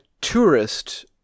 tourist